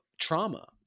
trauma